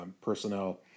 personnel